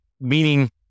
meaning